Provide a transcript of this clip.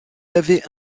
avait